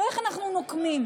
לא איך אנחנו נוקמים.